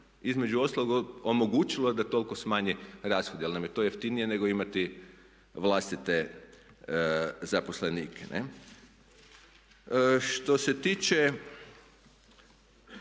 između ostalog omogućilo da toliko smanje rashode jer nam je to jeftinije nego imati vlastite zaposlenike. Što se tiče